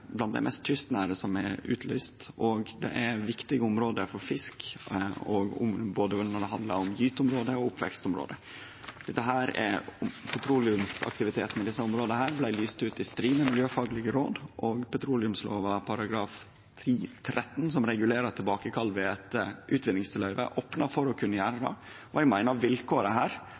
og det er viktige område for fisk når det handlar om både gyteområde og oppvekstområde. Petroleumsaktiviteten i desse områda blei lyste ut i strid med miljøfaglege råd. Petroleumslova § 10-13, som regulerer tilbakekall ved eit utvinningsløyve, opnar for å kunne gjere det. Eg meiner vilkåra her